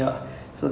okay